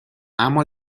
اما